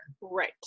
Right